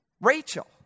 Rachel